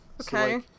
Okay